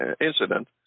incident